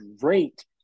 great